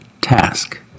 task